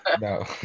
No